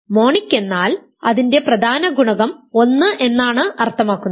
monic എന്നാൽ അതിന്റെ പ്രധാന ഗുണകം 1 എന്നാണ് അർത്ഥമാക്കുന്നത്